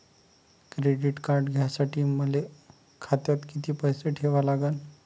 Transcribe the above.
Credit card घ्यासाठी मले खात्यात किती पैसे ठेवा लागन?